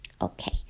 Okay